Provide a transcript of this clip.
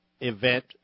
event